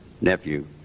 nephew